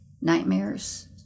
nightmares